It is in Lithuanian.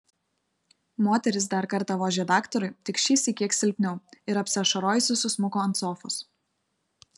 moteris dar kartą vožė daktarui tik šįsyk kiek silpniau ir apsiašarojusi susmuko ant sofos